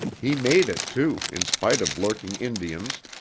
he made it, too, in spite of lurking indians,